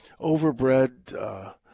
overbred